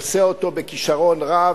עושה אותו בכשרון רב,